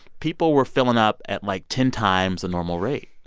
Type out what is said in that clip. people were filling up at, like, ten times the normal rate.